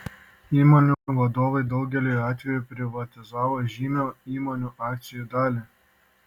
įmonių vadovai daugeliu atveju privatizavo žymią įmonių akcijų dalį